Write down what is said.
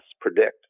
predict